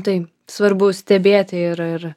tai svarbu stebėti ir ir